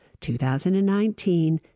2019